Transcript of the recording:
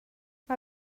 mae